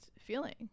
feeling